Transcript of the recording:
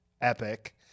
epic